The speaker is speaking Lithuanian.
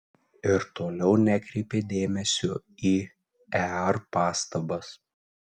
ir toliau nekreipė dėmesio į ear pastabas